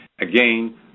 again